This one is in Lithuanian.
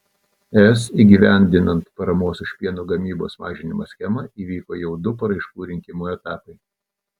es įgyvendinant paramos už pieno gamybos mažinimą schemą įvyko jau du paraiškų rinkimo etapai